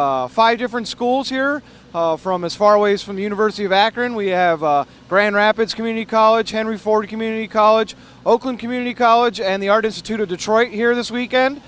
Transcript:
have five different schools here from as far away as from the university of akron we have a brand rapids community college henry ford community college oakland community college and the artists to detroit here this weekend